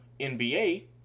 NBA